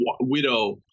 widow